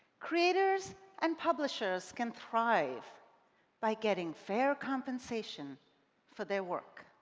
creators and publishers can thrive by getting fair compensation for their work.